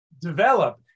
develop